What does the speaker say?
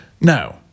no